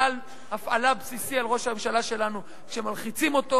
כלל הפעלה בסיסי על ראש הממשלה שלנו: כשמלחיצים אותו,